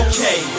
Okay